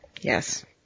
Yes